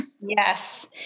Yes